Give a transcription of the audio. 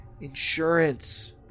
insurance